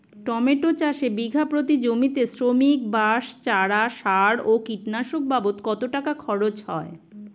Tomato চাষে বিঘা প্রতি জমিতে শ্রমিক, বাঁশ, চারা, সার ও কীটনাশক বাবদ কত টাকা খরচ হয়?